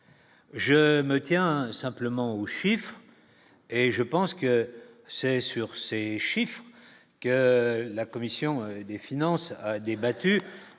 Je me tiens simplement aux chiffres et je pense que c'est sur ces chiffres, que la commission des finances, débattu